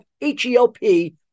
H-E-L-P